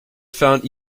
found